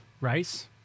rice